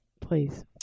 Please